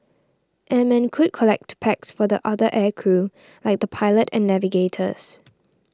airmen could collect packs for the other air crew like the pilot and navigators